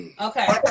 Okay